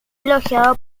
elogiado